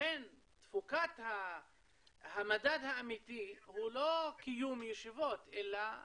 לכן המדד האמיתי הוא לא קיום ישיבות, אלא